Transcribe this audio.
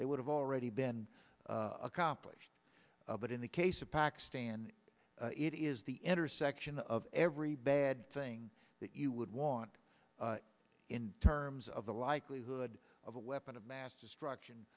they would have already been accomplished but in the case of pakistan it is the intersection of every bad thing that you would want in terms of the likelihood of a weapon of mass destruction